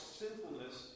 sinfulness